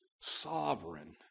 sovereign